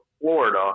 Florida